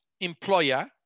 employer